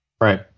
Right